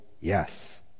yes